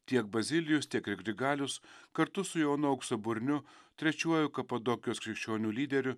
tiek bazilijus tiek ir grigalius kartu su jonu auksaburniu trečiuoju kapadokijos krikščionių lyderiu